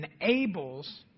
enables